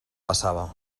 passava